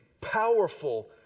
powerful